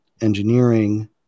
engineering